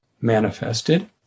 manifested